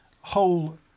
whole